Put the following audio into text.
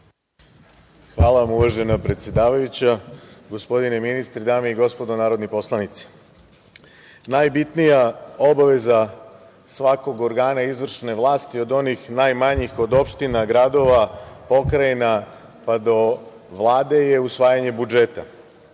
Hvala vam, uvažena predsedavajuća. Gospodine ministre, dame i gospodo narodni poslanici, najbitnija obaveza svakog organa izvršne vlasti od onih najmanjih, od opština, gradova, pokrajina, pa do Vlade je usvajanje